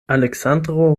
aleksandro